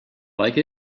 like